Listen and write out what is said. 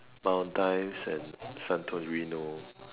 Maldives and Santarino